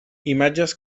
imatges